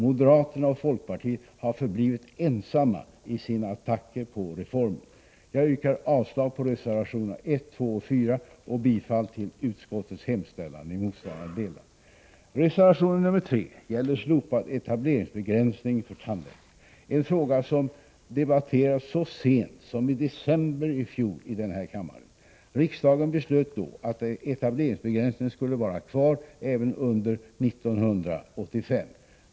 Moderaterna och folkpartiet har förblivit ensamma i sina attacker på reformen. Jag yrkar avslag på reservationerna 1, 2 och 4 och bifall till utskottets hemställan i motsvarande delar. Reservation nr 3 gäller slopad etableringsbegränsning för tandläkare, en fråga som debatterades så sent som i december i fjol i denna kammare. Riksdagen beslöt då att etableringsbegränsningen skulle vara kvar även under år 1985.